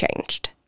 changed